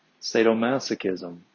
sadomasochism